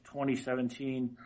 2017